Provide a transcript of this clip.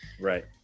Right